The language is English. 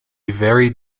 very